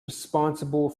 responsible